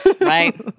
right